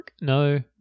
No